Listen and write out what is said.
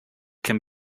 can